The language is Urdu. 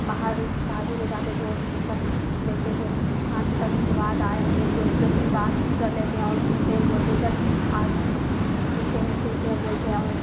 باہر شادی میں جاتے ہیں تو بس بولتے جو ہاں کتنا دن کے بعد آئے ہم لوگ دوست لوگ بھی بات چیت کر لیتے ہیں اور گھومتے ہیں بولتے ہیں چل آج گھومتے ہیں پھرتے ہیں بولتے ہیں اور